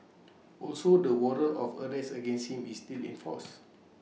also the warrant of arrest against him is still in force